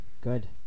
Good